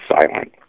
silent